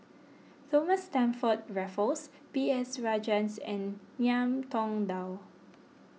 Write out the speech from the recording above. Thomas Stamford Raffles B S Rajhans and Ngiam Tong Dow